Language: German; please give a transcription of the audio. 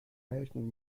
melken